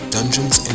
Dungeons &